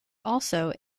also